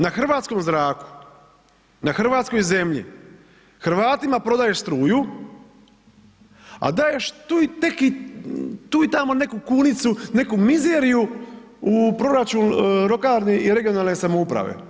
Na hrvatskom zraku, na hrvatskoj zemlji Hrvatima prodaješ struju, a daješ tu i tamo neku kunicu, neku mizeriju u proračun lokalne i regionalne samouprave.